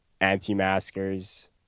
anti-maskers